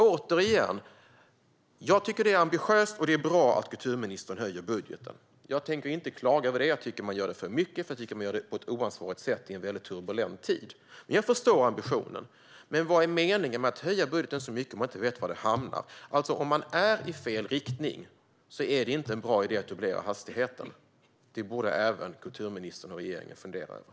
Återigen: Det är ambitiöst och bra att kulturministern höjer budgeten. Jag tänker inte klaga över det, även om jag tycker att man gör det för mycket och på ett oansvarigt sätt i en turbulent tid. Jag förstår dock ambitionen. Men vad är meningen med att höja budgeten så mycket om man inte vet var pengarna hamnar? Om man går i fel riktning är det ingen bra idé att dubblera hastigheten. Det borde även kulturministern och regeringen fundera över.